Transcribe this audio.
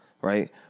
right